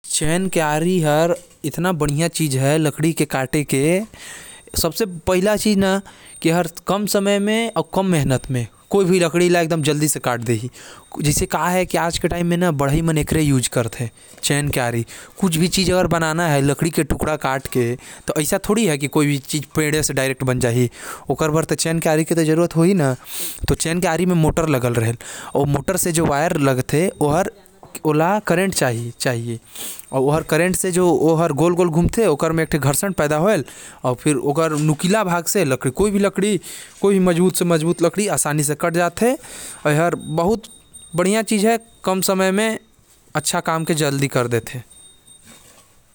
चैन के आरी हर लोहा से बने रहते, जेकर म धार होथे। जब ओ हर बिजली पाए के बाद चलेल तो अउ तेज घूमे लगथे अउ लकड़ी काटे म आसानी होथे।